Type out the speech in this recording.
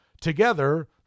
Together